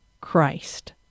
Christ